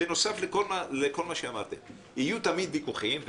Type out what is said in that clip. בנוסף לכל מה שאמרתם, יהיו תמיד ויכוחים.